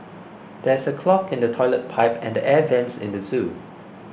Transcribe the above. there is a clog in the Toilet Pipe and the Air Vents in the zoo